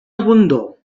abundor